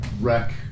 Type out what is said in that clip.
Wreck